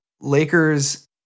Lakers